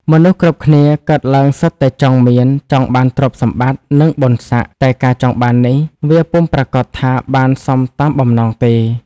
មនុស្សគ្រប់គ្នាកើតឡើងសុទ្ធតែចង់មាន ចង់បានទ្រព្យសម្បត្តិ និងបុណ្យស័ក្តិ តែការចង់បាននេះ វាពុំប្រាកដថាបានសមតាមបំណងទេ។